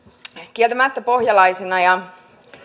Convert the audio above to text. kieltämättä pohjalaisena ja